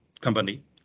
company